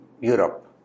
Europe